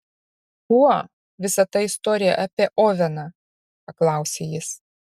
kuo visa ta istorija apie oveną paklausė jis